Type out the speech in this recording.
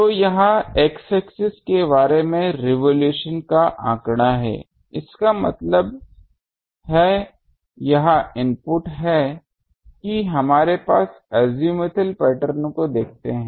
तो यह x axis के बारे में रेवोलुशन का आंकड़ा है इसका मतलब है यह इनपुट है कि आप हमारे azimuthal पैटर्न को देखते हैं